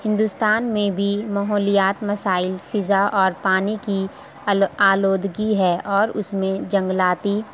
ہندوستان میں بھی ماحولیات مسائل فضا اور پانی کی آلودگی ہے اور اس میں جنگلاتی